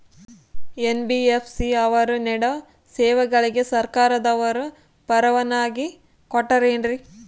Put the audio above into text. NBFC ಅವರು ನೇಡೋ ಸೇವೆಗಳಿಗೆ ಸರ್ಕಾರದವರು ಪರವಾನಗಿ ಕೊಟ್ಟಾರೇನ್ರಿ?